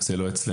זה לא אצלנו.